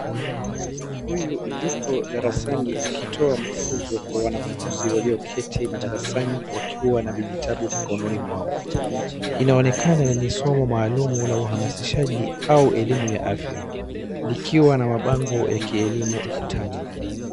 Mwalimu huyu yuko darasani akitoa mafunzo kwa wanafunzi walioketi madarasani wakiwa na vijitabu mikononi mwao. Inaonekana ni somo maalum la uhamasisaji au elimu ya afya likiwa na mabango ya afya ukutani.